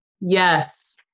Yes